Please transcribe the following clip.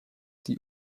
die